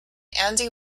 andy